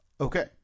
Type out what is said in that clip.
Okay